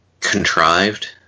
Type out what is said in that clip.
contrived